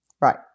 Right